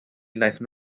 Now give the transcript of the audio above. wnaethon